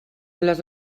les